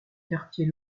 quartier